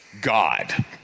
God